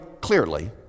clearly